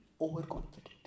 overconfident